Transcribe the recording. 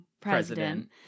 President